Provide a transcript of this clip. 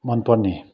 मन पर्ने